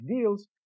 deals